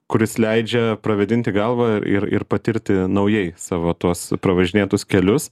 kuris leidžia pravėdinti galvą ir ir patirti naujai savo tuos pravažinėtus kelius